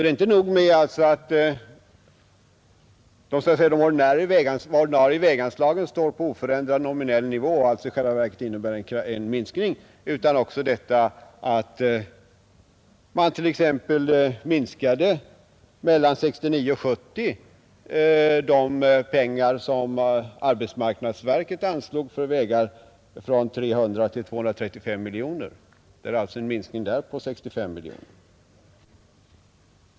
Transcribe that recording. Det är alltså inte nog med att de ordinarie väganslagen står på en oförändrad nominell nivå, som i själva verket innebär en minskning, utan man reducerade också t.ex. mellan 1969 och 1970 de medel som arbetsmarknadsverket anslog för vägar från 300 miljoner till 235 miljoner kronor, en minskning på 65 miljoner kronor.